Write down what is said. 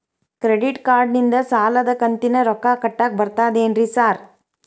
Credit ಕಾರ್ಡನಿಂದ ಸಾಲದ ಕಂತಿನ ರೊಕ್ಕಾ ಕಟ್ಟಾಕ್ ಬರ್ತಾದೇನ್ರಿ ಸಾರ್?